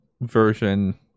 version